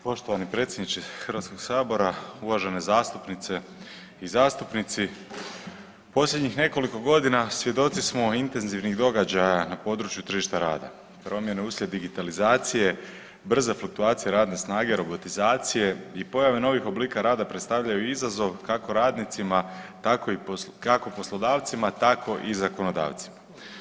Poštovani predsjedniče HS, uvažene zastupnice i zastupnici, posljednjih nekoliko godina svjedoci smo intenzivnih događaja na području tržišta rada, promjene uslijed digitalizacije, brza fluktuacija radne snage, robotizacije i pojave novih oblika rada predstavljaju izazov kako radnicima tako i, kako poslodavcima tako i zakonodavcima.